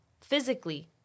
physically